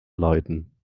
leiden